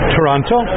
Toronto